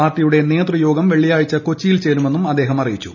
പാർട്ടിയുടെ നേതൃയോഗം വെള്ളിയാഴ്ച കൊച്ചിയിൽ ചേരുമെന്നും അദ്ദേഹം അറിയിച്ചു